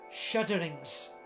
shudderings